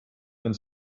and